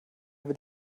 will